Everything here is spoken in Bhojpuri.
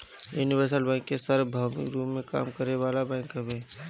यूनिवर्सल बैंक सार्वभौमिक रूप में काम करे वाला बैंक हवे